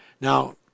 Now